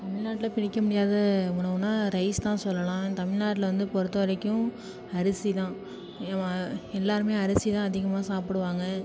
தமிழ்நாட்ல பிரிக்க முடியாத உணவுனா ரைஸ் தான் சொல்லலாம் தமிழ்நாட்ல வந்து பொறுத்தவரைக்கும் அரிசிதான் எல்லோருமே அரிசிதான் அதிகமாக சாப்பிடுவாங்க